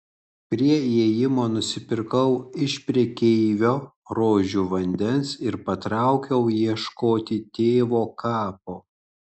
prie įėjimo nusipirkau iš prekeivio rožių vandens ir patraukiau ieškoti tėvo kapo